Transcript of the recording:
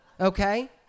okay